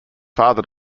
father